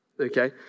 okay